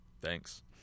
Thanks